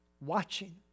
watching